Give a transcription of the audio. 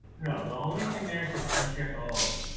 no, the only thing there says uncheck oh.